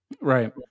Right